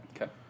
Okay